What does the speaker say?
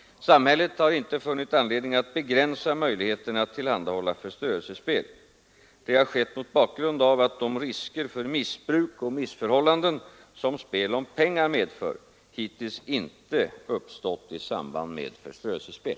Samhället har inte funnit anledning att begränsa möjligheterna att tillhandahålla förströelsespel. Det har skett mot bakgrund av att de risker för missbruk och missförhållanden, som spel om pengar medför, hittills inte uppstått i samband med förströelsespel.